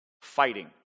fighting